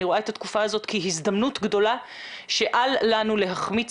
אני רואה את התקופה הזאת כהזדמנות גדולה שאל לנו להחמיץ